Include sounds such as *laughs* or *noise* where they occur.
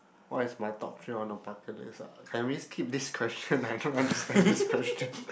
what is my top three on a bucket list ah can we skip this question *laughs* I don't understand this question